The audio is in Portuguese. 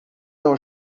não